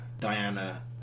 Diana